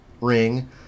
ring